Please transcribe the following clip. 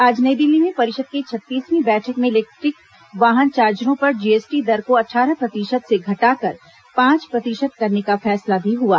आज नई दिल्ली में परिषद की छत्तीसवीं बैठक में इलेक्ट्रिक वाहन चार्जरों पर जीएसटी दर को अट्ठारह प्रतिशत से घटाकर पांच प्रतिशत करने का फैसला भी हुआ